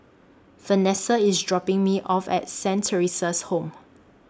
Vanesa IS dropping Me off At Saint Theresa's Home